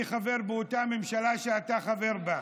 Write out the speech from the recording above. אני חבר באותה ממשלה שאתה חבר בה,